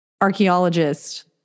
archaeologist